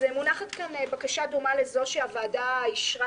מונחת כאן בקשה דומה לזו שהוועדה אישרה